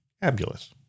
fabulous